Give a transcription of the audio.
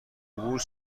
عبور